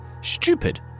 stupid